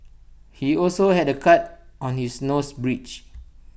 he also had A cut on his nose bridge